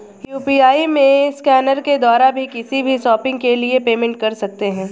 UPI में scanner के द्वारा भी किसी भी शॉपिंग के लिए पेमेंट कर सकते है